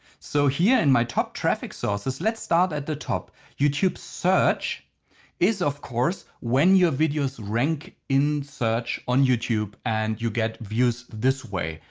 so here in my top traffic sources, let's start at the top. youtube search is of course when your videos rank in search on youtube and you get views this way.